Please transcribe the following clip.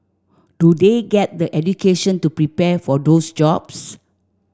do they get the education to prepare for those jobs